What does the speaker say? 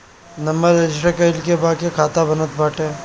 number register कईला के बाके खाता बनत बाटे